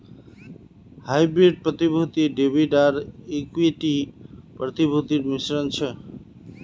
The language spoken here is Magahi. हाइब्रिड प्रतिभूति डेबिट आर इक्विटी प्रतिभूतिर मिश्रण छ